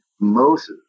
moses